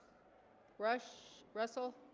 rush russell